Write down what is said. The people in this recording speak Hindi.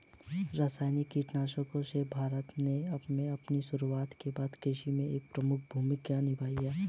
रासायनिक कीटनाशकों ने भारत में अपनी शुरुआत के बाद से कृषि में एक प्रमुख भूमिका निभाई है